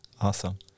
Awesome